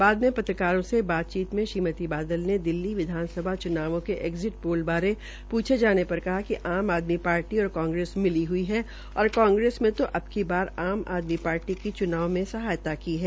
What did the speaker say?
बाद में पत्रकारों से बातचीत में श्रीमती बादल ने दिल्ली विधानसभा चुनावों के एग्जिट पोल बारे पूछे जाने पर कहा कि आम आदमी पार्टी और कांग्रेस मिली हई है और कांग्रेस में तो अबकी बार आम आदमी पाटी की चुनाव में सहायता की है